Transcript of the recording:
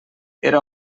era